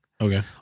Okay